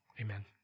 Amen